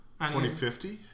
2050